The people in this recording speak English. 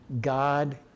God